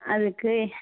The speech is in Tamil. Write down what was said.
அதுக்கு